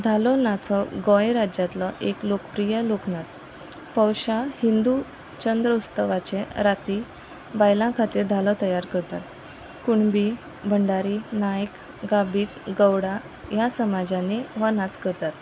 धालो नाच हो गोंय राज्यांतलो एक लोकप्रिय लोक नाच पौशा हिंदू चंद्र उत्सवाचे राती बायलां खातीर धालो तयार करतात कुणबी भंडारी नायक गाबीत गौडा ह्या समाजांनी हो नाच करतात